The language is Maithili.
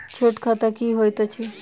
छोट खाता की होइत अछि